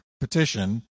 petition